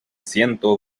ciento